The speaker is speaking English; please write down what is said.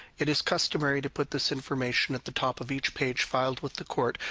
it is customary to put this information at the top of each page filed with the court,